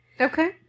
okay